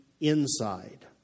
inside